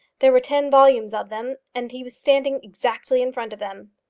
there were ten volumes of them, and he was standing exactly in front of them.